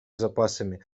запасами